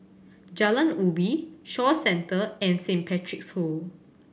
Jalan Ubi Shaw Center and Saint Patrick's School